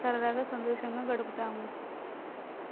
సరదాగా సంతోషంగా గడుపుతాము